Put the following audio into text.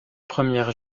première